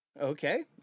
Okay